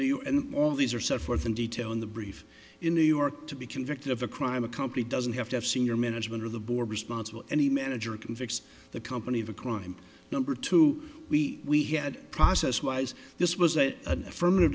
new york and all these are set forth in detail in the brief in new york to be convicted of a crime a company doesn't have to have senior management or the board responsible any manager can fix the company of a crime number two we we had process wise this was a affirmative